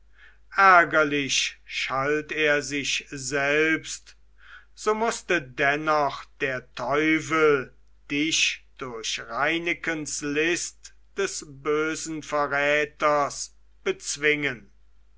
ärgerlich schalt er sich selbst so mußte dennoch der teufel dich durch reinekens list des bösen verräters bezwingen